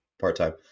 part-time